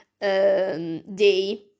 day